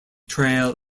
trail